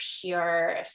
pure